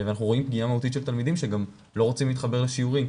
ואנחנו רואים פגיעה מהותית של תלמידים שלא רוצים להתחבר לשיעורים,